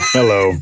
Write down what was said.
hello